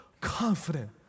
confident